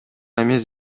эмес